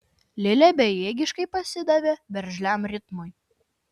lilė bejėgiškai pasidavė veržliam ritmui